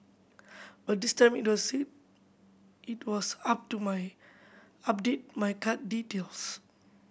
but this time it would said it was up to my update my card details